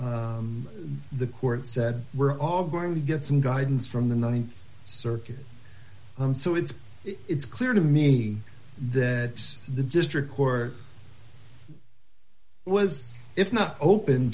dismiss the court said we're all going to get some guidance from the th circuit so it's it's clear to me that the district court was if not open